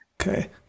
Okay